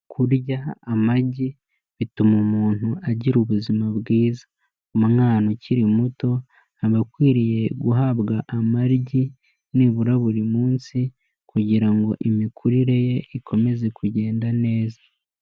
Kurya amagi bituma umuntu agira ubuzima bwiza, umwana ukiri muto aba akwiriye guhabwa amagi nibura buri munsi kugira ngo imikurire ye ikomeze kugenda neza.